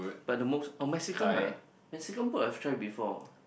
but the most oh Mexican ah Mexican put a try before